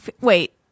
Wait